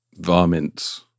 varmints